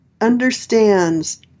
understands